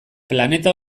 planeta